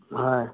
হয়